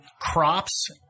crops